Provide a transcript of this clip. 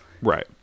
Right